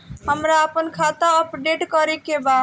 हमरा आपन खाता अपडेट करे के बा